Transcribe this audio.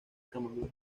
camagüey